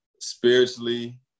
spiritually